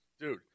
dude